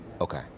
Okay